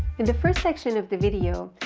in the first section of the video,